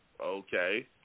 Okay